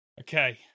Okay